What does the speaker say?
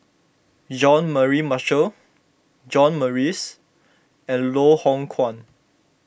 Jean Mary Marshall John Morrice and Loh Hoong Kwan